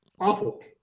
awful